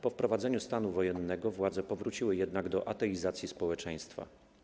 Po wprowadzeniu stanu wojennego władze powróciły jednak do ateizacji społeczeństwa.